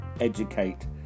educate